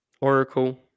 Oracle